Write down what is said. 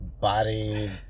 body